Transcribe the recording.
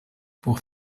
pour